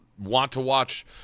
want-to-watch